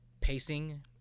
pacing